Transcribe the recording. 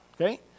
Okay